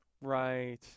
Right